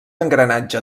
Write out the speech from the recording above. engranatge